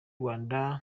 rwanda